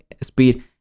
Speed